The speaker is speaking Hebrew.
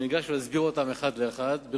ניגש ונסביר אותן אחת לאחת.